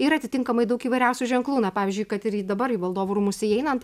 ir atitinkamai daug įvairiausių ženklų na pavyzdžiui kad ir dabar į valdovų rūmus įeinant